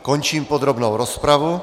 Končím podrobnou rozpravu.